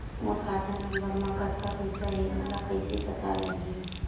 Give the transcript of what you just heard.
मोर खाता नंबर मा कतका पईसा हे ओला कइसे पता लगी?